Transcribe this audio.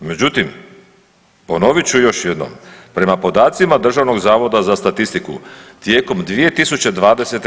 Međutim, ponovit ću još jednom, prema podacima Hrvatskog zavoda za statistiku tijekom 2020.